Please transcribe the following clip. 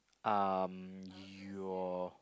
um your